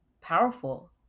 powerful